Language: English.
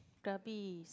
krabi is